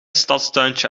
stadstuintje